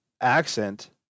accent